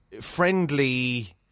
friendly